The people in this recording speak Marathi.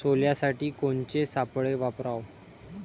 सोल्यासाठी कोनचे सापळे वापराव?